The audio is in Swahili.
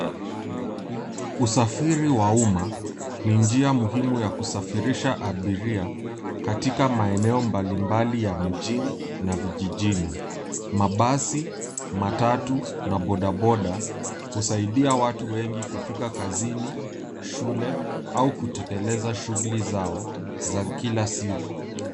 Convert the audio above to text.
Usafiri wa uma, ni njia muhimu ya kusafirisha katika maeneo mbalimbali ya mjini na vijijini. Mabasi , matatu na bodaboda husaidia watu wengi kufika kazini shule au kutekeleza shughuli zao za kila siku.